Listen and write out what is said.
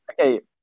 Okay